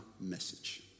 message